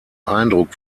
eindruck